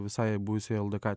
visai buvusiai ldk